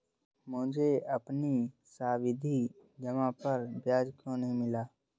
मुझे अपनी सावधि जमा पर ब्याज क्यो नहीं मिला?